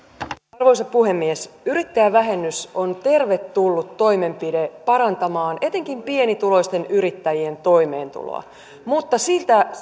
arvoisa puhemies yrittäjävähennys on tervetullut toimenpide parantamaan etenkin pienituloisten yrittäjien toimeentuloa mutta